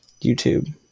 YouTube